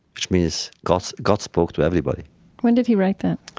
which means god god spoke to everybody when did he write that?